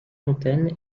fontaine